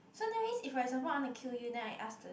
so that means if for example I want to kill you then I ask the